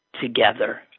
together